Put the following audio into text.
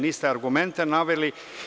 Niste argumente naveli.